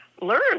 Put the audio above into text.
Learn